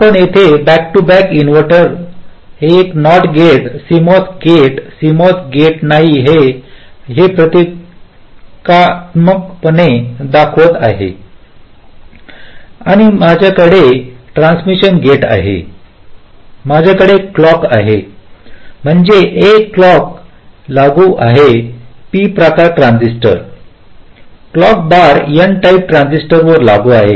आपण येथे back to back inverter एक NOT gate CMOS gate CMOS gate नाही हे मी प्रतीकात्मकपणे दाखवत आहे आणि येथे माझ्याकडे ट्रान्समिशन गेट आहे माझ्याकडे क्लॉक आहे म्हणजे हे क्लॉक लागू आहे P प्रकार transistor clock bar N type ट्रांजिस्टरवर लागू आहे